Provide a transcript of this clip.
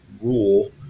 rule